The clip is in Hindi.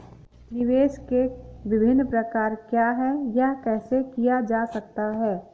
निवेश के विभिन्न प्रकार क्या हैं यह कैसे किया जा सकता है?